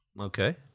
Okay